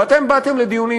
ואתם באתם לדיונים,